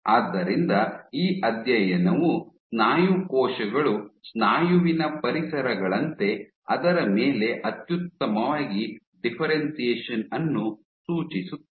ಆದ್ದರಿಂದ ಈ ಅಧ್ಯಯನವು ಸ್ನಾಯು ಕೋಶಗಳು ಸ್ನಾಯುವಿನ ಪರಿಸರಗಳಂತೆ ಅದರ ಮೇಲೆ ಅತ್ಯುತ್ತಮವಾಗಿ ಡಿಫ್ಫೆರೆನ್ಶಿಯೇಷನ್ ಅನ್ನು ಸೂಚಿಸುತ್ತವೆ